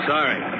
Sorry